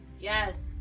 Yes